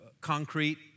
concrete